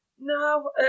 No